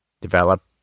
develop